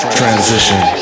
Transition